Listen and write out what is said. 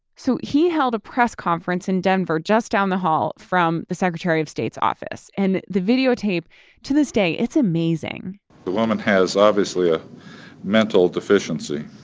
so he held a press conference in denver just down the hall from the secretary of state's office. and the videotape to this day, it's amazing the woman has obviously a mental deficiency